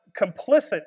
complicit